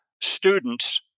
students